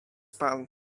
pan